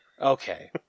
Okay